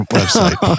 website